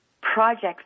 projects